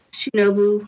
Shinobu